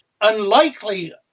unlikely